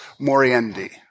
Moriendi